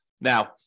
Now